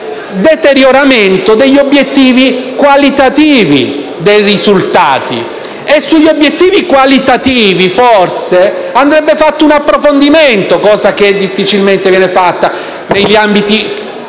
deterioramento degli obiettivi qualitativi e dei risultati. Sugli obiettivi qualitativi forse andrebbe fatto un approfondimento, cosa che difficilmente viene fatta negli ambiti previsti